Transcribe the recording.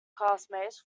classmates